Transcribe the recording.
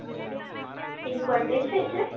હમ્મ એની બર્ડે છે એટલે